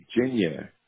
Virginia